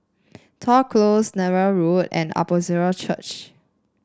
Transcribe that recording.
Toh Close Netheravon Road and Apostolic Church